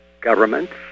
governments